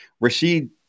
Rashid